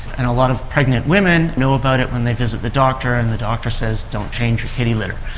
and a lot of pregnant women know about it when they visit the doctor and the doctor says don't change your kitty litter.